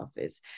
Office